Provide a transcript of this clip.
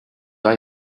die